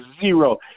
zero